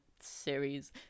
series